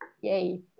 Yay